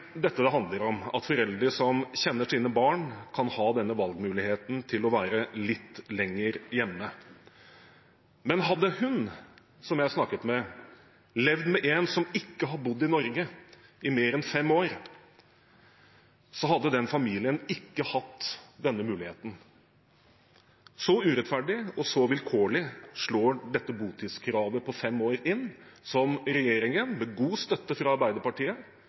handler om, at foreldre, som kjenner sine barn, kan ha denne valgmuligheten, muligheten til å være litt lenger hjemme. Men hadde hun som jeg snakket med, levd med en som ikke har bodd i Norge i mer enn fem år, hadde ikke den familien hatt denne muligheten. Så urettferdig og så vilkårlig slår dette botidskravet på fem år, som regjeringen, med god støtte fra Arbeiderpartiet,